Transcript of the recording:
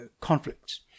conflicts